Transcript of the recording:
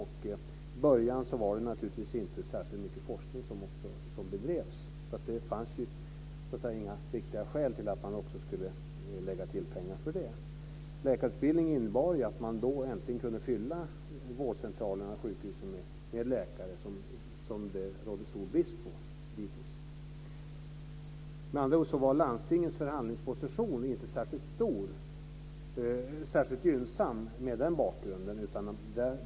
I början var det naturligtvis inte särskilt mycket forskning som bedrevs, så det fanns inga riktiga skäl till att man skulle lägga till pengar för det. Läkarutbildningen innebar att vårdcentralerna och sjukhusen kunde fyllas med läkare, som det hade rått stor brist på dittills. Med andra ord var landstingets förhandlingsposition inte särskilt gynnsam med den bakgrunden.